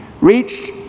reached